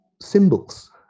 symbols